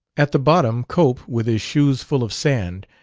at the bottom cope, with his shoes full of sand,